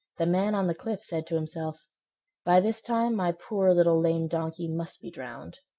the man on the cliff said to himself by this time my poor little lame donkey must be drowned.